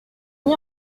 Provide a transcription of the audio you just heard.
mis